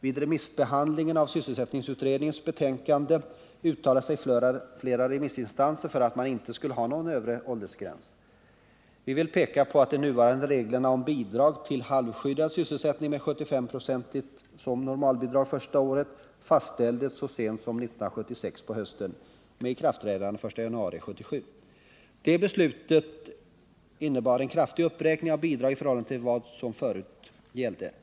Vid remissbehandlingen av sysselsättningsutredningens betänkande uttalade sig flera remissinstanser för att man inte skulle ha någon övre åldersgräns. Vi vill peka på att de nuvarande reglerna om bidrag till halvskyddad sysselsättning, med 75 26 som normalbidrag första året, fastställdes så sent som 1976 på hösten, med ikraftträdande den 1 januari 1977. Det beslutet innebar en kraftig uppräkning av bidraget i förhållande till vad som gällde förut.